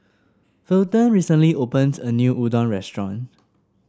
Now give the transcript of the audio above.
Fulton recently opened a new Udon Restaurant